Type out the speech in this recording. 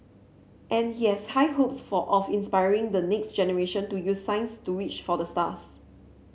and he has high hopes of inspiring the next generation to use science to reach for the stars